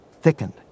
thickened